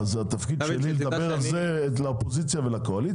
זה התפקיד שלי לדבר על זה לאופוזיציה ולקואליציה?